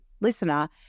listener